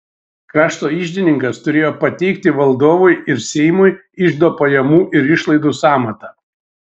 krašto iždininkas turėjo pateikti valdovui ir seimui iždo pajamų ir išlaidų sąmatą